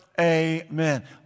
Amen